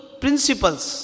principles